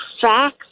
facts